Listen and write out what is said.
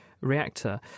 reactor